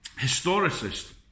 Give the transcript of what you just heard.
historicist